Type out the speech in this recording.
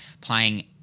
playing